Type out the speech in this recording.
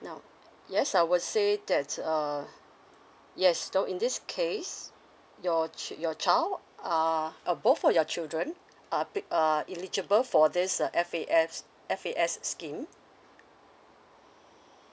now yes I would say that uh yes so in this case your chi~ your child uh uh both for your children uh pli~ uh eligible for this uh F A F F A S scheme